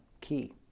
key